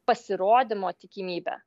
pasirodymo tikimybė